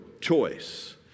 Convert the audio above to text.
choice